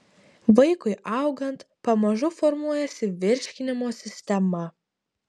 vaikui augant pamažu formuojasi virškinimo sistema